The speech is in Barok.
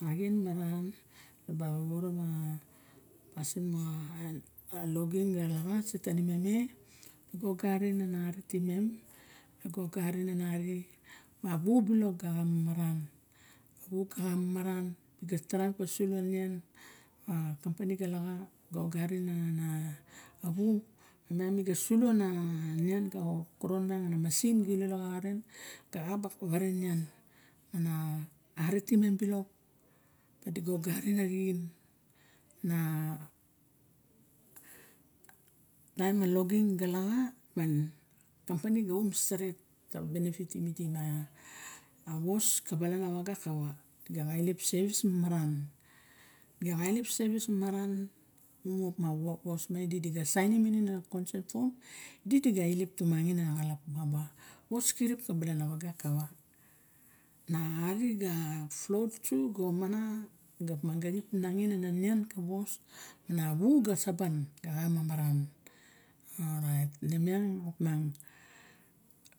Axien maran, e ra ba vovoro ma pasin moxa logging ga laxa se tanimem e di ga oxarin ana ari timem di ga oxarin na ari ma vu bilok ga ka maran. Di ga taraim pasu lo nian a kampani a laxa ga oxarin ana vu imem mi ga sulo ana nian ka xoron miang ana masin ga eilo laxa xaren ga kaba vare nian. Ana ari timem bilok di ga oxarin arixen taim a logging ga laxa a kampani ga om steret ka benefit idi miang avos ka balana vaga, kava di ga kaba ro lep a sevis mamaran mumu opa avos miang di ga sainim minin a consen fom, di dika eilep tumangin axalap opa avos xirip moxa balana vaga kava. Na ari ga flow tru ga omana ga manga nip naxin ana nian ka vos, na vun ga saban na ka mamaran. Orait ine miang op miang